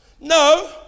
No